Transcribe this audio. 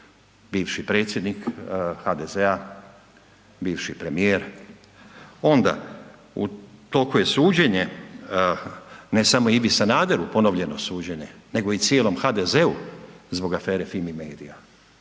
bivši predsjednik HDZ-a, bivši premijer, onda utoliko je suđenje ne samo Ivo Sanaderu, ponovljeno suđenje, nego i cijelom HDZ-u zbog afere Fimi media.